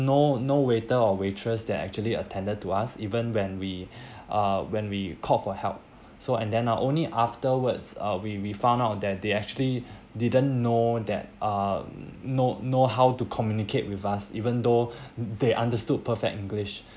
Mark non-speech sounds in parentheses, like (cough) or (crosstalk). no no waiter or waitress that actually attended to us even when we (breath) uh when we called for help so and then uh only afterwards uh we we found out that they actually didn't know that um know know how to communicate with us even though (breath) they understood perfect english